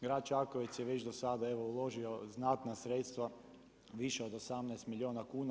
Grad Čakovec je već do sada evo uložio znatna sredstva, više od 18 milijuna kuna.